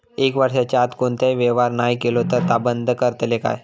एक वर्षाच्या आत कोणतोही व्यवहार नाय केलो तर ता बंद करतले काय?